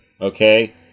okay